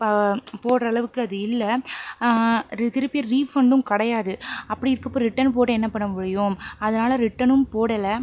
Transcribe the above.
போடுற அளவுக்கு அது இல்லை அது திருப்பி ரீஃபண்டும் கிடையாது அப்படி இருக்கப்ப ரிட்டன் போட்டு என்ன பண்ண முடியும் அதனால ரிட்டனும் போடல